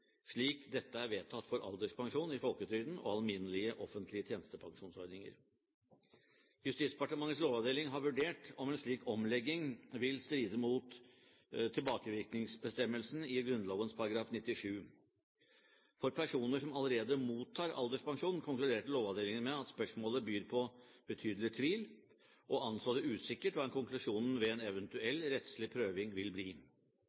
slik dette er vedtatt for alderspensjon i folketrygden og alminnelige, offentlige tjenestepensjonsordninger. Justisdepartementets lovavdeling har vurdert om en slik omlegging vil være i strid med tilbakevirkningsbestemmelsen i Grunnloven § 97. For personer som allerede mottar alderspensjon konkluderte Lovavdelingen med at spørsmålet byr på betydelig tvil og anså det usikkert hva konklusjonen ved en eventuell rettslig prøving vil bli.